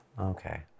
Okay